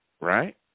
right